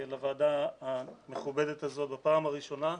לוועדה המכובדת הזאת בפעם הראשונה,